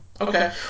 Okay